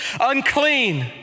unclean